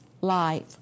life